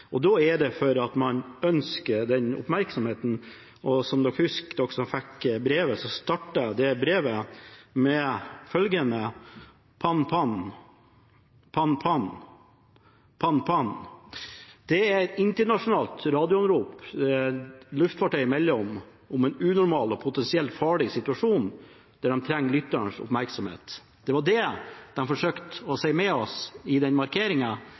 Da er det fordi man ønsker den oppmerksomheten – og som de husker, de som fikk brevet, så startet det brevet med følgende: «Pan-pan, pan-pan, pan-pan». Det er et internasjonalt radioanrop der et luftfartøy melder om en unormal og potensielt farlig situasjon og trenger lytterens oppmerksomhet. Det var det de forsøkte å si oss med den markeringen, det er det de har sagt til oss i